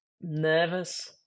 nervous